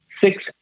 six